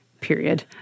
period